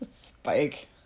Spike